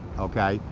okay?